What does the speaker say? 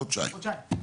חודשיים.